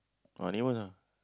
our neighbours ah